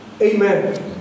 Amen